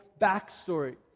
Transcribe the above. backstory